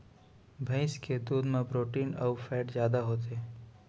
भईंस के दूद म प्रोटीन अउ फैट जादा होथे